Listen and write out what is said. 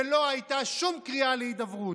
ולא הייתה שום קריאה להידברות.